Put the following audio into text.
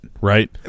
right